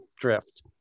drift